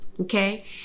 okay